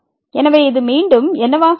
எனவே இது மீண்டும் என்னவாக இருக்கும்